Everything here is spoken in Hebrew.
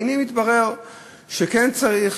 והנה, מתברר שכן צריך.